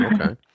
Okay